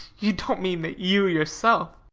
you don't mean that you yourself?